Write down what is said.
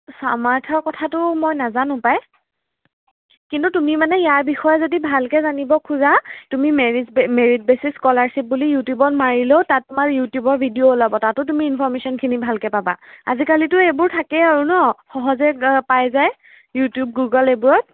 চামাৰ্থৰ কথাটো মই নাজানো পায় কিন্তু তুমি মানে ইয়াৰ বিষয়ে যদি ভালকৈ জানিব খোজা তুমি মেৰিট বে মেৰিট বেচিচ স্কলাৰশ্বিপ বুলি ইউটিউবত মাৰিলেও তাত তোমাৰ ইউটিউবৰ ভিডিঅ' ওলাব তাতো তুমি ইনফৰ্মেশ্যনখিনি ভালকৈ পাবা আজিকালিতো এইবোৰ থাকেই আৰু ন সহজে পাই যায় ইউটিউব গুগুল এইবোৰত